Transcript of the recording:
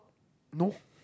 no